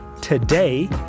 today